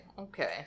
Okay